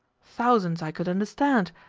thousands i could understand,